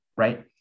Right